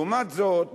לעומת זאת,